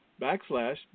backslash